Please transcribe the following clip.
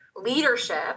leadership